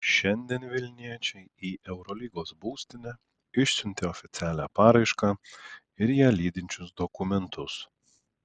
šiandien vilniečiai į eurolygos būstinę išsiuntė oficialią paraišką ir ją lydinčius dokumentus